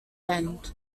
end